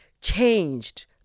changed